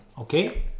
okay